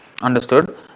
understood